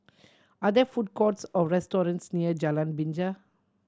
are there food courts or restaurants near Jalan Binja